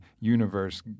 universe